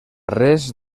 res